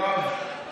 יואב,